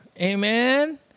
Amen